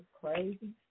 crazy